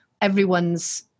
everyone's